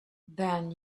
then